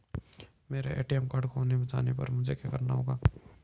मेरा ATM card खो जाने पर मुझे क्या करना होगा?